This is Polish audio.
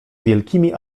wielkimi